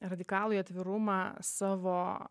radikalųjį atvirumą savo